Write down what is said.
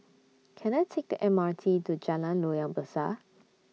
Can I Take The M R T to Jalan Loyang Besar